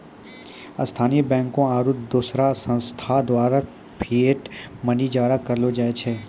स्थानीय बैंकों आरू दोसर संस्थान द्वारा फिएट मनी जारी करलो जाय छै